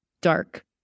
dark